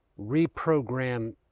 reprogram